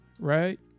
right